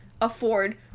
afford